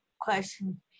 question